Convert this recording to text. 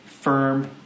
firm